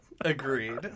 Agreed